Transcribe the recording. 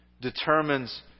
determines